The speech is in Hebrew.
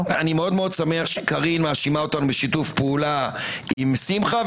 מאוד שמח שקארין מאשימה אותנו בשיתוף פעולה עם שמחה,